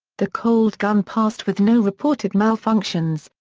the colt gun passed with no reported malfunctions,